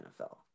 NFL